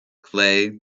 clay